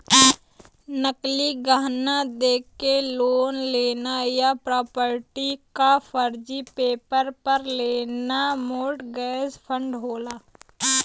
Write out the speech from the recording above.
नकली गहना देके लोन लेना या प्रॉपर्टी क फर्जी पेपर पर लेना मोर्टगेज फ्रॉड होला